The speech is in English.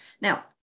Now